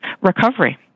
recovery